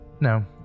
No